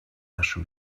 наши